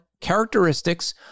characteristics